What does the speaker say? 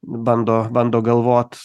bando bando galvot